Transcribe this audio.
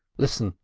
listen!